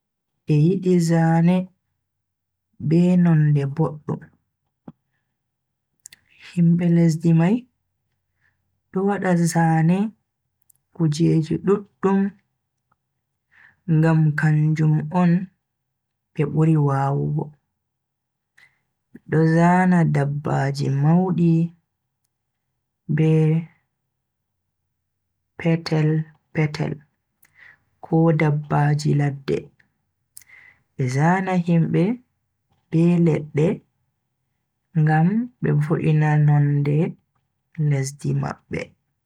Be yidi zane, be nonde boddum. Himbe lesdi mai do wada zane kujeji duddm ngam kanjum on be buri wawugo. Bedo zana dabbaji maudi be petel -petel ko dabbaji ladde. Be zana himbe be ledde ngam be voina nonde lesdi mabbe.